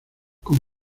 con